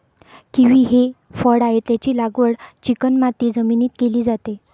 kiwi हे फळ आहे, त्याची लागवड चिकणमाती जमिनीत केली जाते